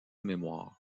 mémoire